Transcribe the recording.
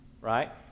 right